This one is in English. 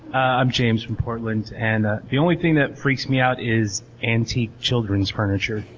i'm james from portland, and ah the only thing that freaks me out is antique children's furniture.